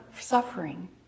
suffering